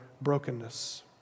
brokenness